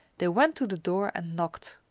they went to the door and knocked.